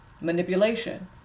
manipulation